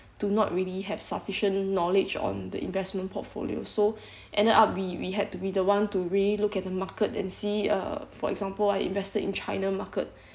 do not really have sufficient knowledge on the investment portfolio so ended up we we had to be the one to really look at the market and see uh for example I invested in china market